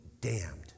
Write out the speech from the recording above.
damned